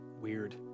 weird